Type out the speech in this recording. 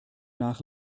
nach